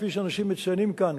כפי שאנשים מציינים כאן,